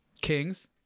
kings